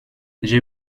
j’ai